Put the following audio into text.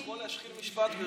אני יכול להשחיל משפט,